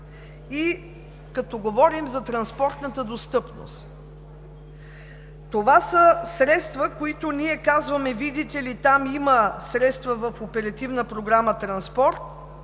Като говорим за транспортната достъпност, това са средства, за които ние казваме: видите ли, там – в Оперативна програма „Транспорт